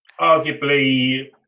arguably